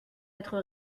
être